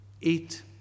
eat